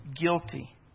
guilty